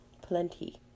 plenty